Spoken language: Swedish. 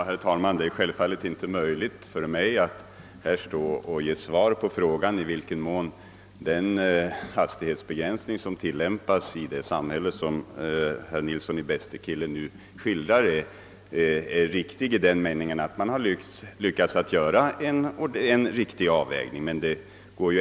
Herr talman! Det är självfallet inte möjligt för mig att här ge svar på frågan i vad mån den hastighetsbegränsning som tillämpas i det samhälle som herr Nilsson i Bästekille skildrar är riktigt avvägd.